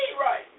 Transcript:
right